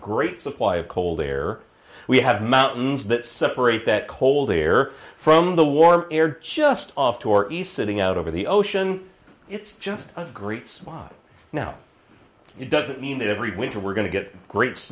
great supply of cold air we have mountains that separate that cold air from the warm air just offshore is sitting out over the ocean it's just a great spot now it doesn't mean that every winter we're going to get gr